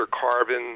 carbon